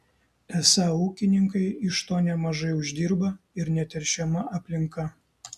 esą ūkininkai iš to nemažai uždirba ir neteršiama aplinka